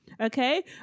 Okay